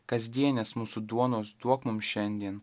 kasdienės mūsų duonos duok mums šiandien